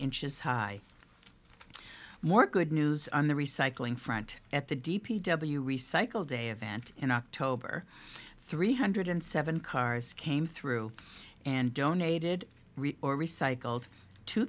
inches high more good news on the recycling front at the d p w recycle day event in october three hundred seven cars came through and donated or recycled two